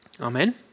Amen